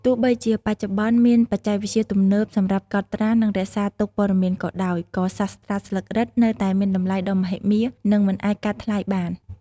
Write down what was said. ទោះបីជាបច្ចុប្បន្នមានបច្ចេកវិទ្យាទំនើបសម្រាប់កត់ត្រា និងរក្សាទុកព័ត៌មានក៏ដោយ ក៏សាស្រ្តាស្លឹករឹតនៅតែមានតម្លៃដ៏មហិមា និងមិនអាចកាត់ថ្លៃបាន។